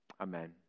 Amen